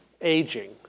aging